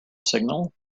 signal